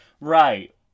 Right